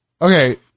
Okay